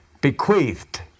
bequeathed